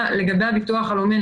השנייה, לגבי הביטוח הלאומי.